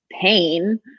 pain